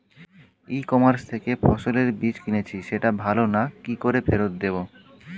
ই commerce থেকে ফসলের বীজ কিনেছি সেটা ভালো না কি করে ফেরত দেব?